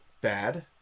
bad